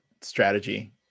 strategy